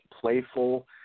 playful